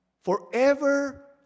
Forever